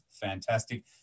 fantastic